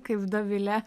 kaip dovilė